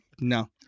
no